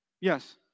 yes